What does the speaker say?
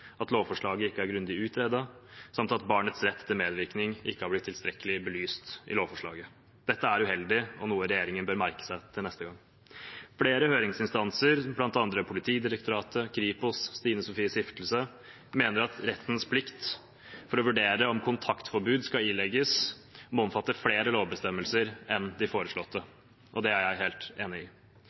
at lovforslaget ikke er grundig utredet, samt at barnets rett til medvirkning ikke har blitt tilstrekkelig belyst i lovforslaget. Dette er uheldig og noe regjeringen bør merke seg til neste gang. Flere høringsinstanser, bl.a. Politidirektoratet, Kripos og Stine Sofies Stiftelse, mener at rettens plikt til å vurdere om kontaktforbud skal ilegges, må omfatte flere lovbestemmelser enn de foreslåtte. Det er jeg helt enig i.